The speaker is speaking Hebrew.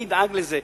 מי ידאג לזה?